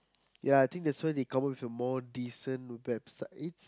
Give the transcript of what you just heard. ya I think this one they cover with more decent websites